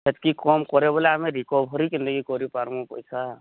ସେତିକି କମ୍ କରିବ ଆମେ ରିକଭରି କେମିତି କରି କରିପାରିବୁ ପଇସା